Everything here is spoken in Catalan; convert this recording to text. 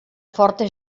fortes